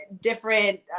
different